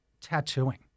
tattooing